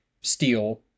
steel